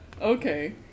okay